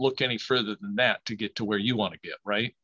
look any further than that to get to where you want to be right